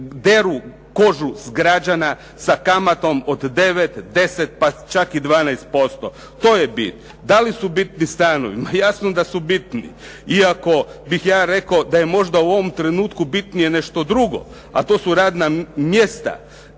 deru kožu s građana s kamatom od 9, 10, pa čak i 12%. To je bit. Da li su bitni stanovi? Ma jasno da su bitni, iako bih ja rekao da je u ovom trenutku bitnije nešto drugo, a to su radna mjesta.